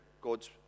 God's